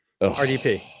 RDP